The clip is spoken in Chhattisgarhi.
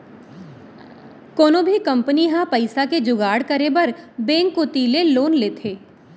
कोनो भी कंपनी ह पइसा के जुगाड़ करे बर बेंक कोती ले लोन लेथे